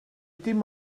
dim